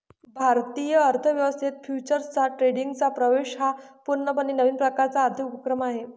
भारतीय अर्थ व्यवस्थेत फ्युचर्स ट्रेडिंगचा प्रवेश हा पूर्णपणे नवीन प्रकारचा आर्थिक उपक्रम आहे